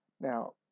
Now